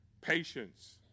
patience